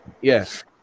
Yes